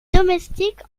domestiques